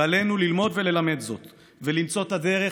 ועלינו ללמוד ללמד זאת ולמצוא את הדרך